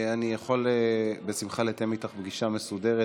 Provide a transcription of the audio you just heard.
אני יכול בשמחה לתאם איתך פגישה מסודרת